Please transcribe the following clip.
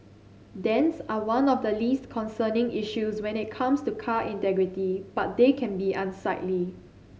dents are one of the least concerning issues when it comes to car integrity but they can be unsightly